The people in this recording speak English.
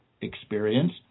experience